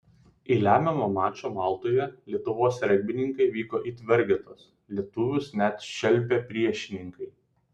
į lemiamą mačą maltoje lietuvos regbininkai vyko it vargetos lietuvius net šelpė priešininkai